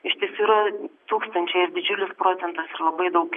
iš tiesų yra tūkstančiai ir didžiulis procentas ir labai daug